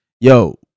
Yo